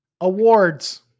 awards